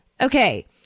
okay